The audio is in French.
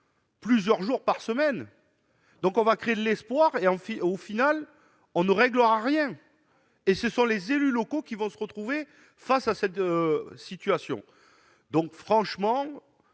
Plusieurs jours par semaine, donc on va créer de l'espoir et en fit au final on ne réglera rien et ce sont les élus locaux qui vont se retrouver face à cette situation, donc franchement.